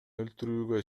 өлтүрүүгө